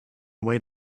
away